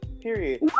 Period